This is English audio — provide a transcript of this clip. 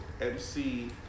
MC